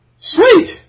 Sweet